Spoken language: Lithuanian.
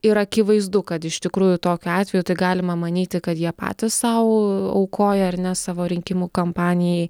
ir akivaizdu kad iš tikrųjų tokiu atveju tai galima manyti kad jie patys sau aukoja ar ne savo rinkimų kampanijai